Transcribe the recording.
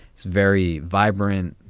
it's very vibrant.